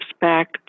back